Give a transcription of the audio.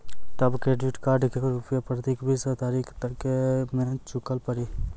तब credit card के रूपिया प्रतीक बीस तारीख तक मे चुकल पड़ी?